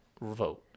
vote